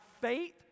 faith